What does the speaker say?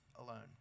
alone